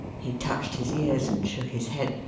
he touched his ears and shook his head,